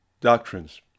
Doctrines